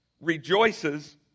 Rejoices